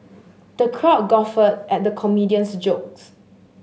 the crowd guffawed at the comedian's jokes